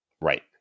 Right